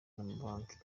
n’amabanki